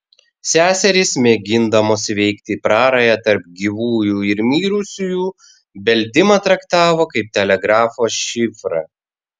seserys mėgindamos įveikti prarają tarp gyvųjų ir mirusiųjų beldimą traktavo kaip telegrafo šifrą